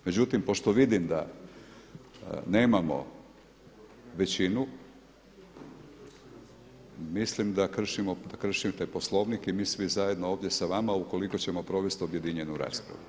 Međutim pošto vidim da nemamo većinu, mislim da kršite Poslovnik i mi svi zajedno ovdje sa vama ukoliko ćemo provesti objedinjenu raspravu.